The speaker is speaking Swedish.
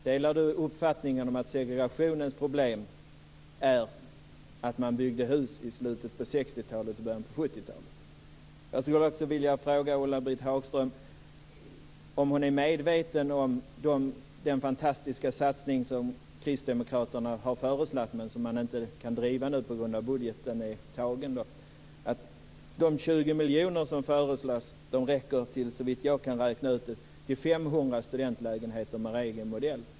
Delar Ulla-Britt Hagström uppfattningen att problemet med segregationen är att man byggde hus i slutet av 60-talet och i början av 70-talet? Hagström är medveten om den fantastiska satsning som Kristdemokraterna har föreslagit men som man inte kan driva nu på grund av att budgeten är tagen. De 20 miljoner som föreslås räcker, såvitt jag kan räkna ut, till 500 studentlägenheter med er egen modell.